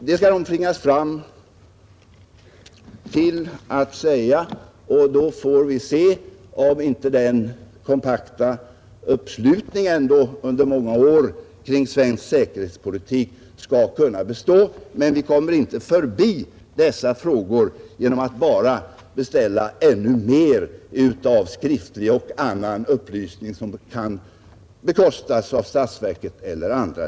Det skall de tvingas svara på. Då får vi se om inte den kompakta uppslutningen under många år kring svensk säkerhetspolitik ändå skall kunna bestå. Men vi kommer inte förbi dessa frågor genom att bara beställa ännu mer skriftlig och annan upplysning som kan bekostas av statsverket eller andra.